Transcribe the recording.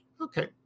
Okay